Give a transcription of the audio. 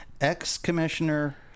ex-commissioner